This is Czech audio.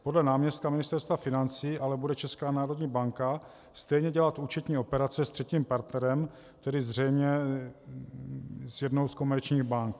Podle náměstka Ministerstva financí bude ale Česká národní banka stejně dělat účetní operace s třetím partnerem, tedy zřejmě s jednou z komerčních bank.